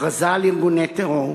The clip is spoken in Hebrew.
הכרזה על ארגוני טרור,